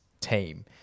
team